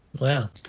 Wow